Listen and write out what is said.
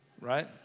right